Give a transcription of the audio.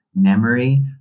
Memory